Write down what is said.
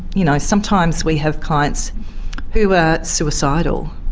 you know, sometimes we have clients who are suicidal,